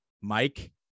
mike